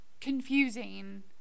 confusing